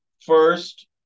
First